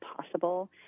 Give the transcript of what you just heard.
possible